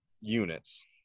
units